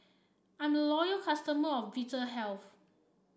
I'm loyal customer of Vitahealth